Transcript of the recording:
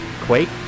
Quake